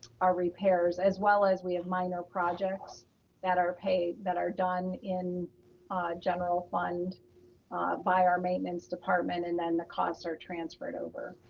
repairs as well as we have minor projects that are paid, that are done in general fund by our maintenance department and then the costs are transferred over.